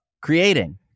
creating